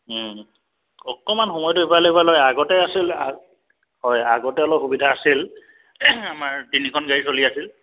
অকণমান সময়টো ইফাল সিফাল হয় আগতে আছিল হয় আগতে অলপ সুবিধা আছিল আমাৰ তিনিখন গাড়ী চলি আছিল